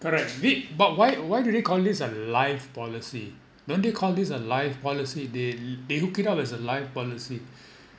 correct big but why why do they call this a life policy don't they call this a life policy they they hooked it up as a life policy